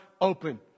open